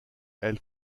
elle